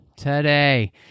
today